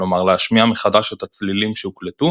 כלומר להשמיע מחדש את הצלילים שהוקלטו